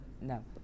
No